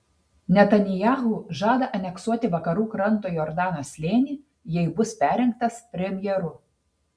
netanyahu žada aneksuoti vakarų kranto jordano slėnį jei bus perrinktas premjeru